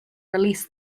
release